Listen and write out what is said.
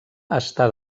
està